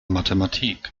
mathematik